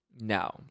No